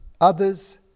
others